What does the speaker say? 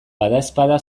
badaezpada